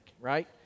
right